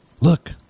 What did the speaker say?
look